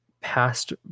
past